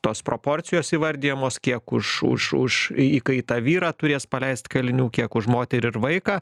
tos proporcijos įvardijamos kiek už už už įkaitą vyrą turės paleist kalinių kiek už moterį ir vaiką